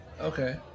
Okay